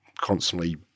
constantly